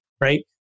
right